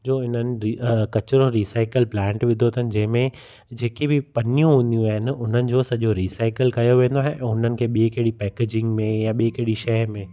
जो इन्हनि कचरो रीसाइकल प्लांट विधो अथनि जंहिंमें जेकी बि पनियूं हूंदियूं आहिनि उन्हनि जो सॼो रीसाइकल कयो वेंदो आहे ऐं उन्हनि खे बि कहिड़ी पैकिजिंग में या बि कहिड़ी शइ में